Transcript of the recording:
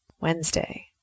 Wednesday